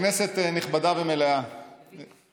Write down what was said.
כנסת נכבדה ומלאה, נלחצתי.